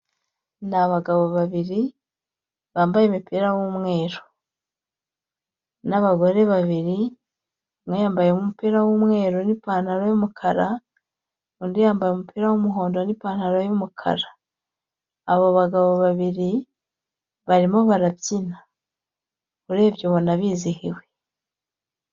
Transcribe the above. Ni abagabo babiri, bambaye imipira w'umweru. N'abagore babiri; umwe yambaye umupira w'umweru n'ipantaro y'umukara, undi yambaye umupira w'umuhondo n'ipantaro y'umukara. Abo bagabo babiri barimo barabyina. Urebye ubona bizihiwe.